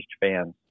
fans